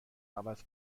عوض